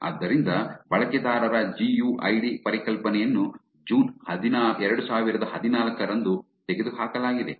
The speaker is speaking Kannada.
ಆದ್ದರಿಂದ ಬಳಕೆದಾರರ ಜಿಯುಐಡಿ ಪರಿಕಲ್ಪನೆಯನ್ನು ಜೂನ್ 2014 ರಂದು ತೆಗೆದುಹಾಕಲಾಗಿದೆ